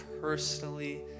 personally